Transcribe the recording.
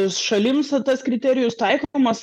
šalims tas kriterijus taikomas